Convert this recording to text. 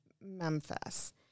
Memphis